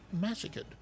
massacred